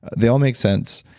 they all make sense.